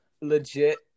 Legit